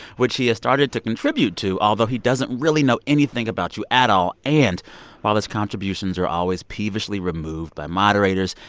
which he has started to contribute to, although he doesn't really know anything about you at all. and while his contributions are always peevishly removed by moderators,